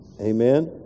Amen